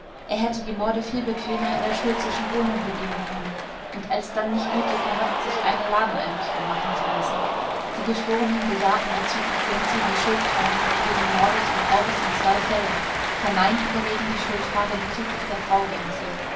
er hätte die morde viel bequemer in der schultzeschen wohnung begehen können und alsdann nicht nötig gehabt sich eine ladeneinrichtung machen zu lassen die geschworenen bejahten bezüglich gönczi die schuldfragen wegen mordes und raubes in zwei fällen verneinten dagegen die schuldfrage bezüglich der frau gönczi